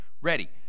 Ready